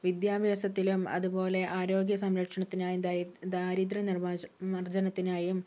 വിദ്യാഭ്യാസത്തിലും അതുപോലെ ആരോഗ്യ സംരക്ഷണത്തിനായി ദാരിദ്ര്യ നിർമ്മാർജനത്തിനായും